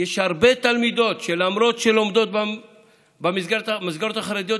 יש הרבה תלמידות שלמרות שהן לומדות במסגרות החרדיות,